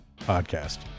podcast